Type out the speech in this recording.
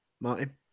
Martin